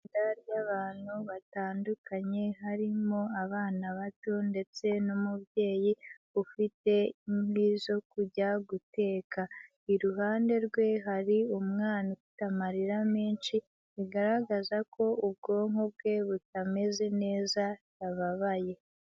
Itsinda ry'abantu batandukanye harimo abana bato ndetse n'umubyeyi ufite inkwi zo kujya guteka. Iruhande rwe hari umwana ufite amarira menshi, bigaragaza ko ubwonko bwe butameze neza ababaye.